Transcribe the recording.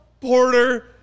Porter